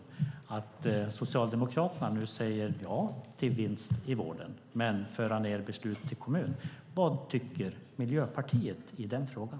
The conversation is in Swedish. Nu säger Socialdemokraterna ja till vinst i vården men vill föra ned besluten till kommunerna. Vad tycker Miljöpartiet i den frågan?